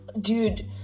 dude